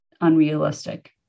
unrealistic